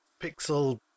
pixel